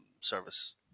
service